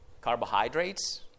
carbohydrates